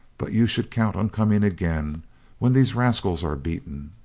but you should count on coming again when these rascals are beaten.